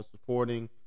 supporting